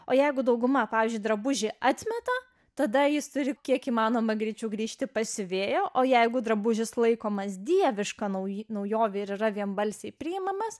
o jeigu dauguma pavyzdžiui drabužį atmeta tada jis turi kiek įmanoma greičiau grįžti pas siuvėją o jeigu drabužis laikomas dieviška nauji naujovė ir yra vienbalsiai priimamas